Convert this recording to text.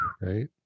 right